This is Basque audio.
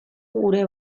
gure